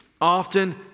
often